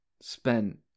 spent